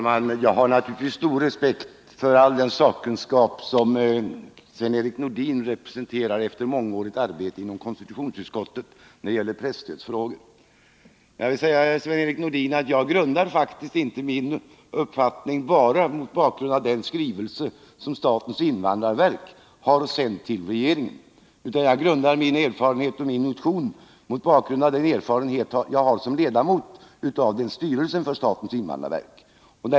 Herr talman! Jag har naturligtvis stor respekt för all den sakkunskap som Sven-Erik Nordin efter mångårigt arbete inom konstitutionsutskottet representerar när det gäller presstödsfrågor. Men jag grundar faktiskt inte min uppfattning bara på den skrivelse som statens invandrarverk har sänt till regeringen. Jag grundar min motion på den erfarenhet jag har som ledamot av styrelsen för statens invandrarverk.